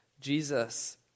Jesus